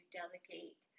delegate